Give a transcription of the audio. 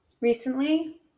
recently